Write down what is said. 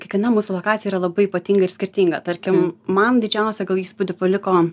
kiekviena mūsų lokacija yra labai ypatinga ir skirtinga tarkim man didžiausią įspūdį paliko